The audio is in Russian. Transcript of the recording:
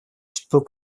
что